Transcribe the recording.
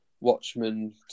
Watchmen